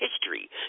history